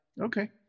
Okay